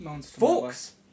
folks